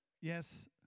Yes